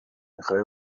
میخوای